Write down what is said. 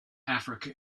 africa